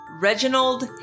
Reginald